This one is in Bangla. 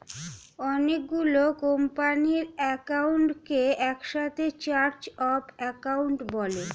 অনেক গুলো কোম্পানির অ্যাকাউন্টকে একসাথে চার্ট অফ অ্যাকাউন্ট বলে